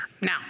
Now